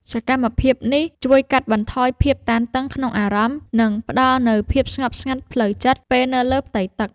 សកម្មភាពនេះជួយកាត់បន្ថយភាពតានតឹងក្នុងអារម្មណ៍ និងផ្ដល់នូវភាពស្ងប់ស្ងាត់ផ្លូវចិត្ត ពេលនៅលើផ្ទៃទឹក។